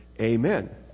Amen